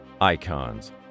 Icons